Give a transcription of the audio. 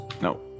no